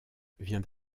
vient